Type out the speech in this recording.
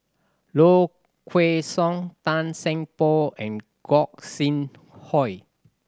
Low Kway Song Tan Seng Poh and Gog Sing Hooi